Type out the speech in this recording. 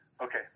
okay